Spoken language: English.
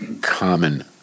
common